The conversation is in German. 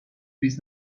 bis